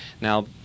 Now